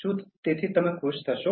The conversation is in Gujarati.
શું તમે આથી ખુશ થશો